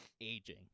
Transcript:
aging